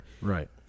right